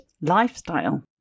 lifestyle